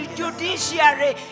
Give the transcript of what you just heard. judiciary